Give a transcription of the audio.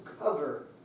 cover